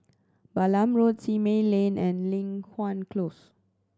Balam Road Simei Lane and Li Hwan Close